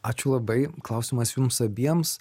ačiū labai klausimas jums abiems